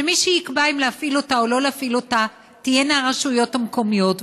שמי שיקבע אם להפעיל אותה או לא להפעיל אותה תהיינה הרשויות המקומיות,